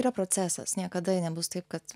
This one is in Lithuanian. yra procesas niekada nebus taip kad